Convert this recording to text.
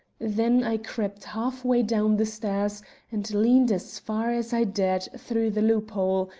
then i crept halfway down the stairs and leaned as far as i dared through the loophole,